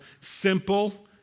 simple